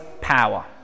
power